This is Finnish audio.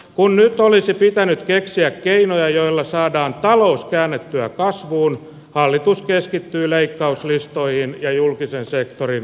kun nyt olisi pitänyt keksiä keinoja joilla saadaan talous käännettyä kasvuun hallitus keskittyy leikkauslistoihin ja julkisen sektorin alasajoon